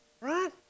Right